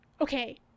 Okay